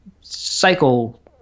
cycle